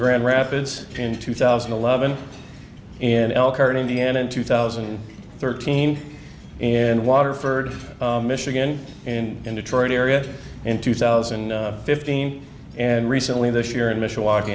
grand rapids in two thousand and eleven in elkhart indiana in two thousand and thirteen in waterford michigan and in detroit area in two thousand and fifteen and recently this year in mishawaka